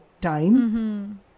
time